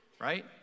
right